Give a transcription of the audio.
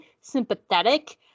sympathetic